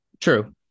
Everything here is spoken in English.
True